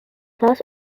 class